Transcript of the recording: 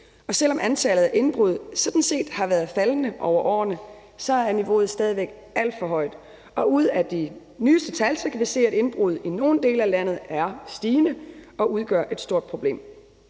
selv om antallet af indbrud sådan set har været faldende over årene, er niveauet stadig væk alt for højt. Ud af de nyeste tal kan vi se, at indbrud i nogle dele af landet er stigende og udgør et stort problem.